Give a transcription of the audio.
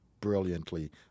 brilliantly